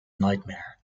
nightmare